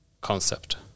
concept